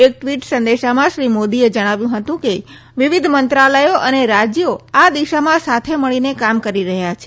એક ટવીટ સંદેશામાં શ્રી મોદીએ જણાવ્યું હતું કે વિવિધ મંત્રાલથો અને રાજયો આ દિશામાં સાથે મળીને કામ કરી રહયાં છે